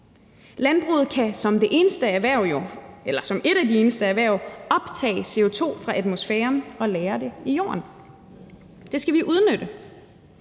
Landbruget kan som et af de eneste erhverv optage CO2 fra atmosfæren og lagre det i jorden. Det skal vi udnytte.